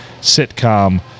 sitcom